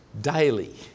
daily